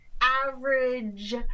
average